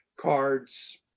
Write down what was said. cards